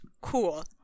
Cool